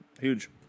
Huge